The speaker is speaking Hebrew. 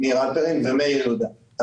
מאיר יהודה ו ---.